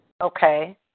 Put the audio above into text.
Okay